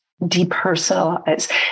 depersonalize